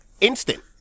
instant